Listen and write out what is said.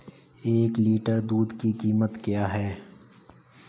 एक लीटर दूध की कीमत क्या है?